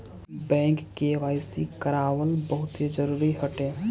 bank KYC करावल बहुते जरुरी हटे